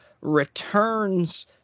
Returns